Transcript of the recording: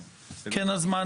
כן על זמן